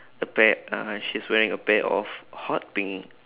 a pair uh she's wearing a pair of hot pink